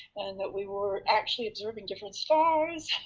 and that we were actually observing different stars.